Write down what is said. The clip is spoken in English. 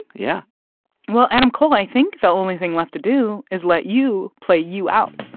yeah well, adam cole, i think the only thing left to do is let you play you out.